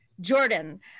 Jordan